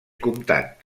comtat